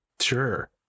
Sure